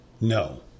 No